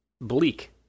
bleak